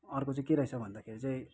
अर्को चाहिँ के रहेछ भन्दाखेरि चाहिँ